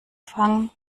fangen